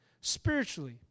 spiritually